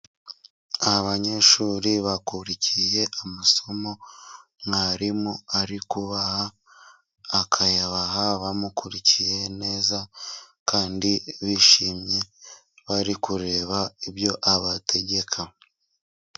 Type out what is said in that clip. Aba banyeshuri bakurikiye amasomo mwarimu ari kubaha, akayabaha bamukurikiye neza kandi bishimye bari kureba ibyo abategeka.